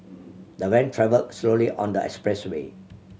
the van travelled slowly on the expressway